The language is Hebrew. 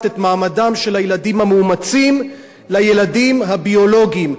את מעמדם של הילדים המאומצים לילדים הביולוגיים,